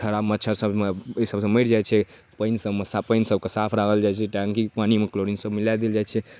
खराब मच्छरसब ओहिमे ओहिसबसँ मरि जाइ छै पानिसबमे पानिसबके साफ राखल जाइ छै टङ्कीके पानीमे क्लोरीनसब पानी मिला देल जाइ छै